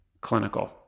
clinical